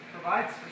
provides